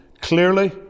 clearly